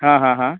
हा हा हा